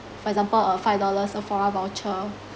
for example a five dollar sephora voucher